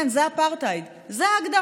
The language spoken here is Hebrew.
כן, זה אפרטהייד, זו ההגדרה,